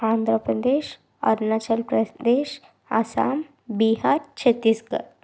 Andhra Pradesh Arunachal Pradesh Assam Bihar Chhattisgarh